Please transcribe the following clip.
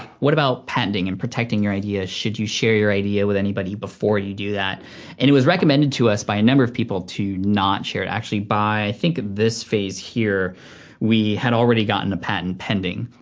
what about patenting and protecting your idea. should you share your idea with anybody before you do that? and it was recommended to us by a number of people to not share it, actually by i think this phase here we had already gotten a patent pending.